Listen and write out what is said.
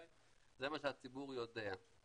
זה מה שהציבור יודע.